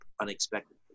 unexpectedly